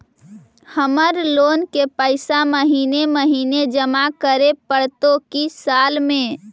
हमर लोन के पैसा महिने महिने जमा करे पड़तै कि साल में?